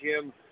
Jim